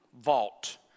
vault